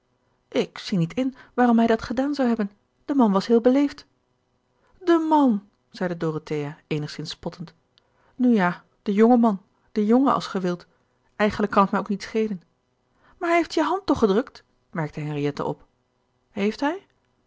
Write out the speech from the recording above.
ik zie niet in waarom hij dat gedaan zou hebben de man was heel beleefd de man zeide dorothea eenigszins spottend nu ja de jonge man de jongen als ge wilt eigenlijk kan t mij ook niet schelen maar hij heeft je hand toch gedrukt merkte henriette op heeft hij